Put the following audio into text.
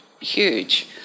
huge